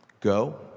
go